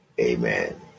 Amen